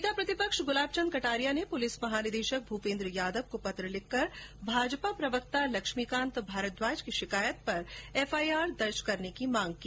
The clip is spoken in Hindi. नेता प्रतिपक्ष गुलाबचन्द कटारिया ने पुलिस महानिदेशक भूपेन्द्र यादव को पत्र लिखकर भाजपा प्रवक्ता लक्ष्मीकांत भारद्वाज की शिकायत पर एफआईआर दर्ज करने की मांग की